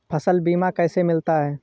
फसल बीमा कैसे मिलता है?